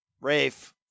Rafe